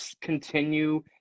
continue